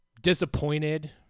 disappointed